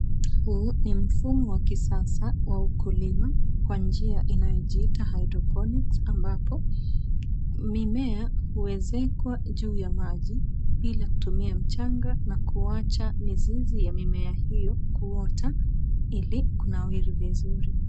Huu ni mfumo wa kisasa wa ukulima kwa njia inayojiita haidroponics ambapo mimea huezekwa juu ya maji bila kutumia mchanga na kuwacha mizizi ya mimea hiyo kuota ili kunawiri vizuri.